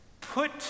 Put